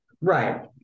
Right